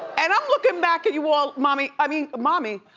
and i'm looking back at you all mommy, i mean, mommy?